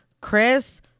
Chris